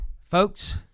Folks